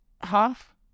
Half